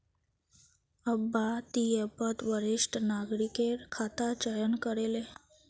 अब्बा ती ऐपत वरिष्ठ नागरिकेर खाता चयन करे ले